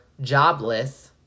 jobless